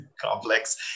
complex